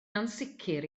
ansicr